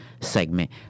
segment